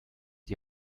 die